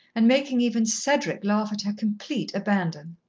and making even cedric laugh at her complete abandon.